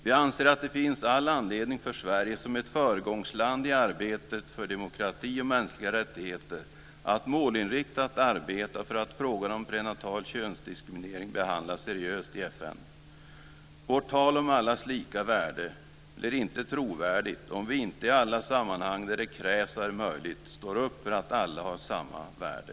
Vi anser att det finns all anledning för Sverige som ett föregångsland i arbetet för demokrati och mänskliga rättigheter att målinriktat arbeta för att frågan om prenatal könsdiskriminering behandlas seriöst i FN. Vårt tal om allas lika värde blir inte trovärdigt om vi inte i alla sammanhang där det krävs och är möjligt står upp för att alla har samma värde.